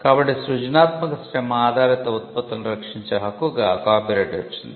కాబట్టి సృజనాత్మక శ్రమ ఆధారిత ఉత్పత్తులను రక్షించే హక్కుగా కాపీరైట్ వచ్చింది